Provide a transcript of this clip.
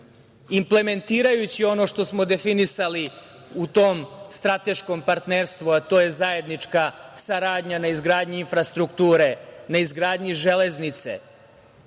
implementirajući ono što smo definisali u tom strateškom partnerstvu, a to je zajednička saradnja na izgradnji infrastrukture, na izgradi železnice,